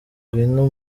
ngwino